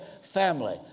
family